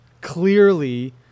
Clearly